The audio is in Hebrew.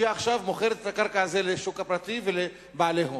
שהיא עכשיו מוכרת את הקרקע הזאת לשוק הפרטי ולבעלי הון?